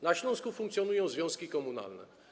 Na Śląsku funkcjonują związki komunalne.